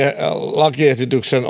lakiesityksen